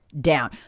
down